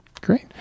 Great